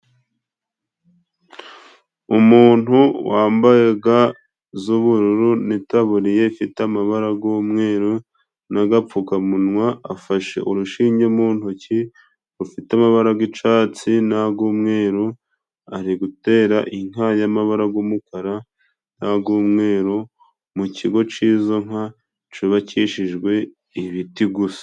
Umuntu wambaye ga z'ubururu n'itaburiya ifite amabara g'umweru n'agapfukamunwa, afashe urushinge mu ntoki, rufite amabara g'icatsi n'ag'umweru. Ari gutera inka y'amabara g'umukara n'ag'umweru mu kigo c'izo nka cubakishijwe ibiti gusa.